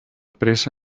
presa